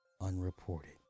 unreported